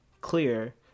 clear